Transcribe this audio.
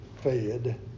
fed